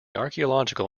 archaeological